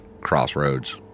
crossroads